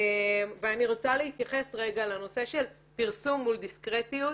אני רוצה להתייחס רגע לנושא של פרסום מול דיסקרטיות.